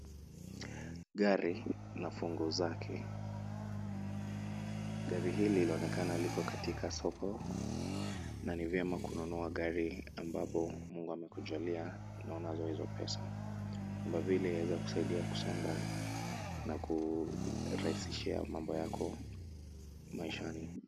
Gari na funguo zake, gari hili linaonekana liko katika soko na ni vyema kununua gari ambapo Mungu amekujalia na unazo hizo pesa, kwa vile linaweza kusaidia kusonga na kukurahisishia mambo yako maishani.